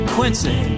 Quincy